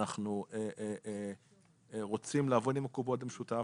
אנחנו רוצים לעבוד עם הקופות במשותף.